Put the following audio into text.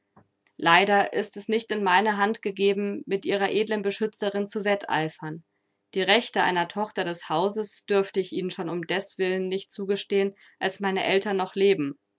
leider ist es nicht in meine hand gegeben mit ihrer edlen beschützerin zu wetteifern die rechte einer tochter des hauses dürfte ich ihnen schon um deswillen nicht zugestehen als meine eltern noch leben